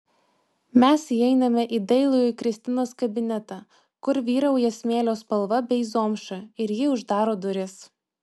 mes įeiname į dailųjį kristinos kabinetą kur vyrauja smėlio spalva bei zomša ir ji uždaro duris